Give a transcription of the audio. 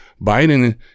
Biden